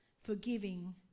forgiving